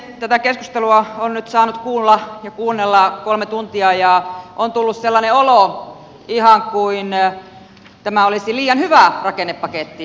tätä keskustelua on nyt saanut kuulla ja kuunnella kolme tuntia ja on tullut sellainen olo ihan kuin tämä olisi liian hyvä rakennepaketti